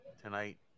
tonight